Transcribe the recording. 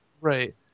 Right